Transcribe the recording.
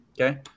Okay